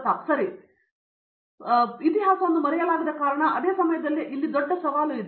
ಕಾಮಕೋಟಿ ಇತಿಹಾಸವನ್ನು ಮರೆಯಲಾಗದ ಕಾರಣ ಅದೇ ಸಮಯದಲ್ಲಿ ಇಲ್ಲಿ ದೊಡ್ಡ ಸವಾಲು ಇದೆ